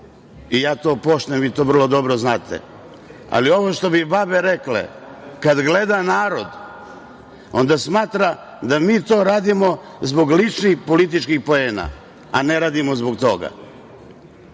ja to poštujem i vi to vrlo dobro znate, ali ovo što bi babe rekle – kad gleda narod, onda smatra da mi to radimo zbog ličnih političkih poena, a ne radimo zbog toga. Zato